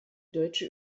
deutsche